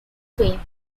fame